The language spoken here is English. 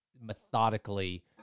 methodically